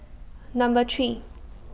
Number three